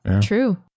True